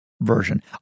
version